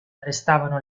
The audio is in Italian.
restavano